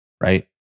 right